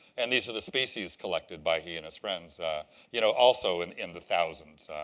and these are the species collected by he and his friends you know also in in the thousands.